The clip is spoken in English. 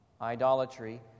idolatry